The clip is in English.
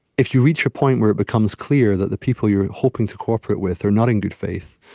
if you reach a point where it becomes clear that the people you are hoping to cooperate with are not in good faith,